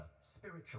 spiritual